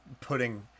Putting